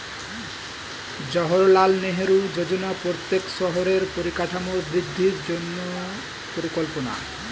জাওহারলাল নেহেরু যোজনা প্রত্যেক শহরের পরিকাঠামোর বৃদ্ধির জন্য পরিকল্পনা